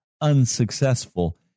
unsuccessful